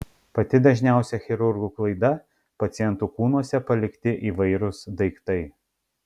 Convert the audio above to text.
pati dažniausia chirurgų klaida pacientų kūnuose palikti įvairūs daiktai